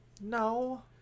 no